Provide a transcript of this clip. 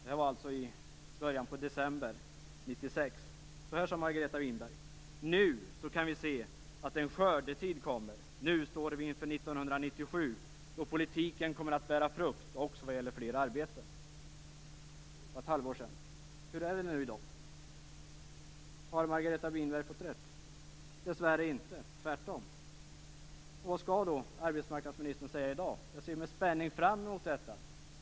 Det var i början av december 1996. Margareta Winberg sade att vi nu kan se att en skördetid kommer, att vi nu står inför 1997 och att politiken kommer att bära frukt också vad gäller fler arbetstillfällen. Det var för ett halvår sedan. Hur är det i dag? Har Margareta Winberg fått rätt? Dessvärre inte. Tvärtom. Vad skall arbetsmarknadsministern säga i dag? Jag ser med spänning fram emot detta.